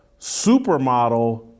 supermodel